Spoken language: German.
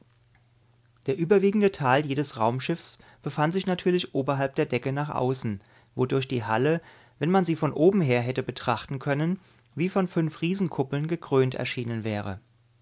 der überwiegende teil jedes raumschiffs befand sich natürlich oberhalb der decke nach außen wodurch die halle wenn man sie von oben her hätte betrachten können wie von fünf riesenkuppeln gekrönt erschienen wäre